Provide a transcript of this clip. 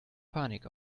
panik